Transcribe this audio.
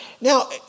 Now